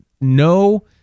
no